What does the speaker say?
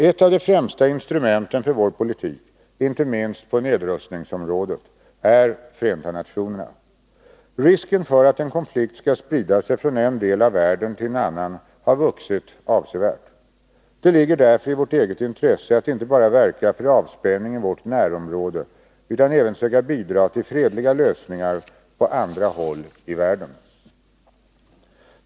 Ett av de främsta instrumenten för vår politik, inte minst på nedrustningsområdet, är Förenta nationerna. Risken för att en konflikt skall sprida sig från en del av världen till en annan har vuxit avsevärt. Det ligger därför i vårt eget intresse att inte bara verka för avspänning i vårt närområde utan även söka bidra till fredliga lösningar på andra håll i världen.